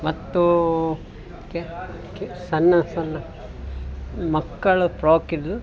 ಮತ್ತು ಸಣ್ಣ ಸಣ್ಣ ಮಕ್ಕಳ ಫ್ರಾಕಿಂದು